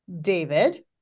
David